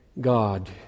God